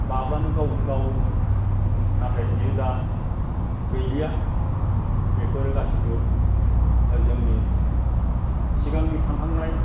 बाब्लानो गाव गावोमोन नाथाय बियो दा गैलिया बेफोरो गासिबो जोंनि सिगांनि थांखांनाय